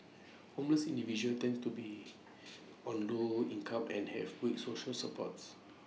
homeless individuals tend to be on low income and have weak social supports